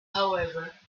however